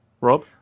Rob